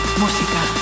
música